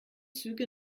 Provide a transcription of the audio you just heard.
züge